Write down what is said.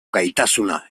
gaitasuna